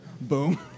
Boom